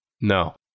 No